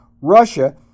Russia